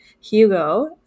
Hugo